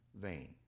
vain